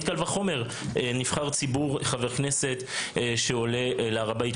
קל וחומר נבחר ציבור וחבר כנסת שעולה להר הבית.